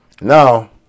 Now